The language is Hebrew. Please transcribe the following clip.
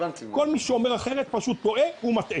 כל מי שאומר אחרת טועה ומטעה.